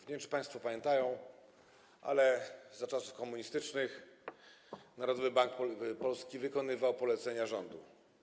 Nie wiem, czy państwo pamiętają, że za czasów komunistycznych Narodowy Bank Polski wykonywał polecenia rządu.